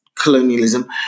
Colonialism